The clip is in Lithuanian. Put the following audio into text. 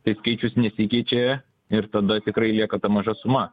tai skaičius nesikeičia ir tada tikrai lieka ta maža suma